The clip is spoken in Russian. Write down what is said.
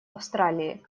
австралии